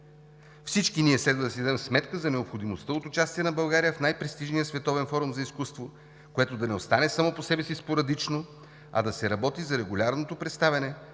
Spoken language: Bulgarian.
Всички ние следва да си дадем сметка за необходимостта от участие на България в най-престижния световен форум за изкуство, което да не остане само по себе си спорадично, а да се работи за регулярното представяне,